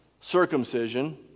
circumcision